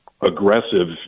aggressive